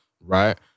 right